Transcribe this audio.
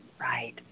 Right